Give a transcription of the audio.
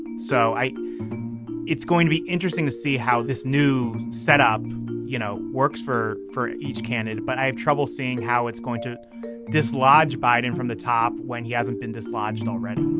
so i it's going to be interesting to see how this new setup you know works for for each candidate. but i have trouble seeing how it's going to dislodge biden from the top when he hasn't been dislodged already